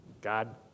God